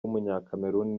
w’umunyakameruni